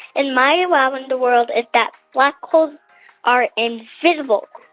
and my wow in the world is that black holes are invisible.